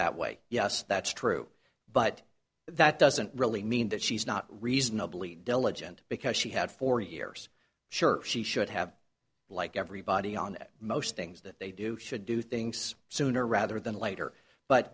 that way yes that's true but that doesn't really mean that she's not reasonably diligent because she had four years sure she should have like everybody on most things that they do should do things sooner rather than later but